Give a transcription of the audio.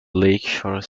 lakeshore